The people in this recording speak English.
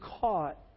caught